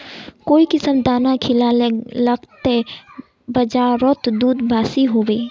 काई किसम दाना खिलाले लगते बजारोत दूध बासी होवे?